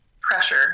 pressure